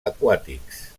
aquàtics